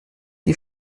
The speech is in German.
die